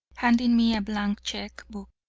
handing me a blank cheque book,